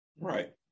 Right